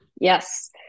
Yes